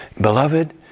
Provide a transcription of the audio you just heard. beloved